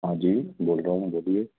हाँ जी बोल रहा हूँ मैं बोलिए